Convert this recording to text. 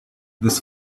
this